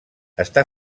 està